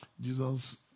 Jesus